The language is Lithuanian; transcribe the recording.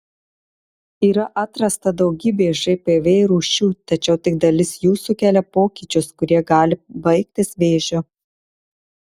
yra atrasta daugybė žpv rūšių tačiau tik dalis jų sukelia pokyčius kurie gali baigtis vėžiu